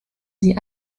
sie